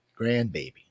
grandbaby